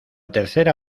tercera